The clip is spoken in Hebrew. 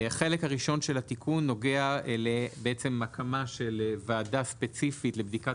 החלק הראשון של התיקון נוגע להקמת ועדה ספציפית לבדיקת